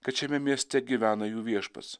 kad šiame mieste gyvena jų viešpats